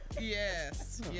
yes